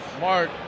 Mark